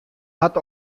hat